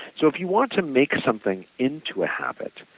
so, if you want to make something into a habit,